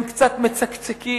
הם קצת מצקצקים,